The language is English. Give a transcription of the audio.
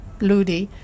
ludi